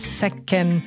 second